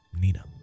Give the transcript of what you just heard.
Nina